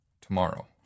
Tomorrow